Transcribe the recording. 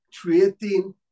creating